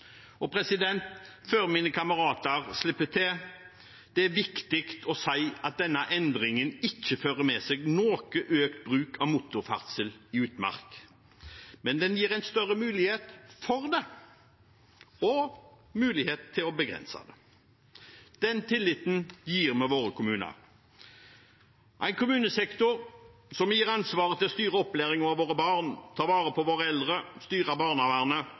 Før mine kamerater slipper til, er det viktig å si at denne endringen ikke fører med seg noen økt motorferdsel i utmark. Men den gir større mulighet for det, og også mulighet til å begrense det. Den tilliten gir vi våre kommuner – en kommunesektor som vi har gitt ansvar for å styre opplæringen av våre barn, ta vare på våre eldre og styre barnevernet,